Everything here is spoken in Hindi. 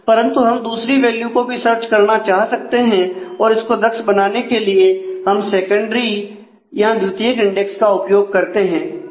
परंतु हम दूसरी वैल्यू को भी सर्च करना चाह सकते हैं और इसको दक्ष बनाने के लिए हम सेकेंडरी या द्वितीयक इंडेक्स का उपयोग करते हैं